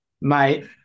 mate